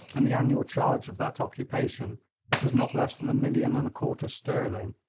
and the annual charge of that occupation was not less than a million and a quarter sterling,